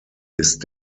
ist